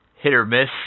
hit-or-miss